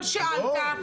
אבל שאלת,